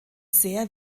sehr